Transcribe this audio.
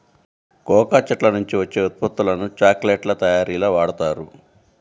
cocoa చెట్ల నుంచి వచ్చే ఉత్పత్తులను చాక్లెట్ల తయారీలో వాడుతారు